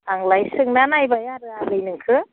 आंलाय सोंना नायबाय आरो आगै नोंखो